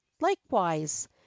likewise